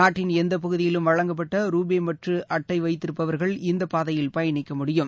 நாட்டின் எந்த பகுதியிலும் வழங்கப்பட்ட ரூபே பற்று அட்டை வைத்திருப்பவர்கள் இந்த பாதையில் பயணிக்க முடியும்